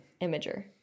imager